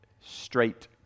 straight